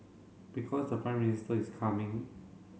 because the Prime Minister is coming